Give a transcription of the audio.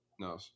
No